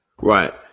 Right